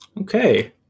Okay